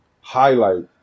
highlight